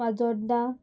Majorda